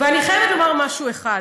אני חייבת לומר משהו אחד: